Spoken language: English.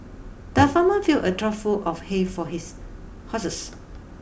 the farmer filled a trough full of hay for his horses